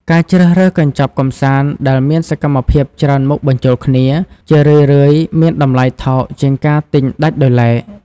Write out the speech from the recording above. ការជ្រើសរើសកញ្ចប់កម្សាន្តដែលមានសកម្មភាពច្រើនមុខបញ្ចូលគ្នា ជារឿយៗមានតម្លៃថោកជាងការទិញដាច់ដោយឡែក។